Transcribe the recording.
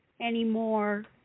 anymore